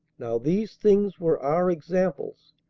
now these things were our examples,